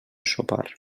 sopar